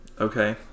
Okay